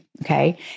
okay